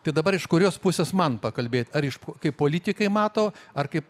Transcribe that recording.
tai dabar iš kurios pusės man pakalbėt ar iš kaip politikai mato ar kaip